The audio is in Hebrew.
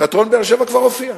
תיאטרון באר-שבע כבר הופיע.